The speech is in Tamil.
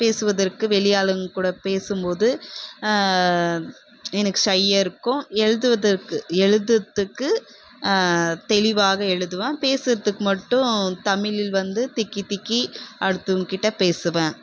பேசுவதற்கு வெளி ஆளுங்ககூட பேசும்போது எனக்கு ஷையாக இருக்கும் எழுதுவதற்கு எழுதுறத்துக்கு தெளிவாக எழுதுவேன் பேசுறதுக்கு மட்டும் தமிழ்ல் வந்து திக்கிதிக்கி அடுத்தவங்கள்கிட்ட பேசுவேன்